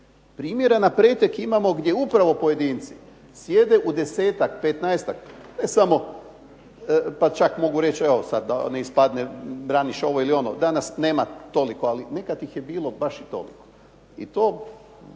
Primjera na pretek imamo gdje upravo pojedinci, sjede u 10-tak, 15-tak ne samo, sada mogu reći da ne ispadi… šou, danas nema toliko, nekada ih je bilo baš i toliko i to